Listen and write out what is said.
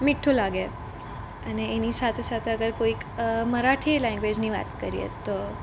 મીઠું લાગે અને એની સાથે સાથે અગર કોઈક મરાઠી લેંગ્વેજની વાત કરીએ તો